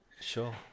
Sure